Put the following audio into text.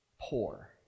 poor